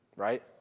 Right